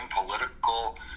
political